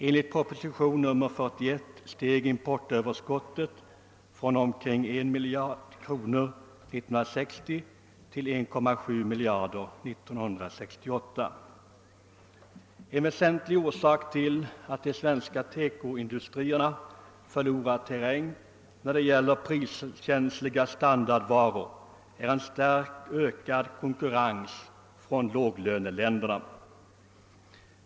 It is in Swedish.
Enligt propositionen 41 steg importöverskottet från omkring 1 miljard kronor 1960 till 1,7 miljarder kronor 1968. En väsentlig orsak till att de svenska TEKO-industrierna förlorar terräng i fråga om priskänsliga standardvaror är en starkt ökad konkurrens från låglöneländerna.